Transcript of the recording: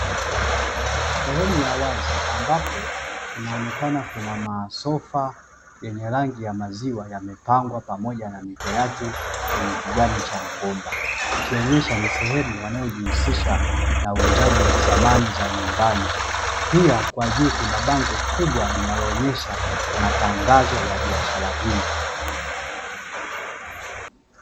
Sehemu ya wazi ambapo kunaonekana kuna masofa yenye rangi ya maziwa yamepangwa pamoja na mito yake yenye kijani cha mgomba, ikionyesha ni sehemu wanayojihusisha na uuzaji wa samani za nyumbani pia kwa juu kuna bango kubwa linaloonyesha matangazo ya biashara hiyo.